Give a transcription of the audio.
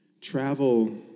travel